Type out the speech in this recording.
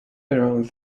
around